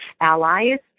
allies